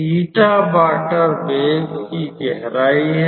एटा water wave की गहराई है